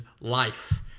life